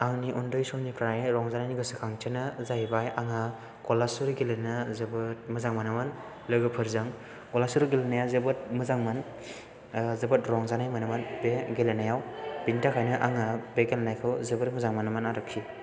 आंनि उन्दै समनिफ्राय रंजानायनि गोसोखांथियानो जाहैबाय आंहा गलासुरि गेलेनो जोबोर मोजां मोनोमोन लोगोफोरजों गलासुरि गेलेनाया जोबोद मोजांमोन जोबोद रंजानाय मोनोमोन बे गेलेनायाव बेनि थाखायनो आङो बे गेलेनायखौ जोबोद मोजां मोनोमोन आरोखि